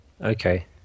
Okay